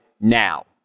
now